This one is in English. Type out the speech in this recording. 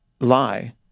lie